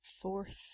fourth